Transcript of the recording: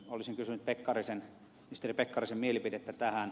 olisin kysynyt ministeri pekkarisen mielipidettä tähän